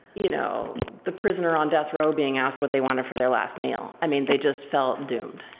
you know the prisoner on death row being asked what they wanted for their last meal. i mean, they just felt doomed.